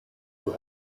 who